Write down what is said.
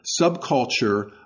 subculture